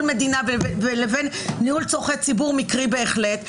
מדינה לבין ניהול צורכי ציבור מקרי בהחלט.